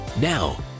Now